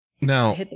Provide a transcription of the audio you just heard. Now